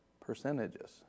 percentages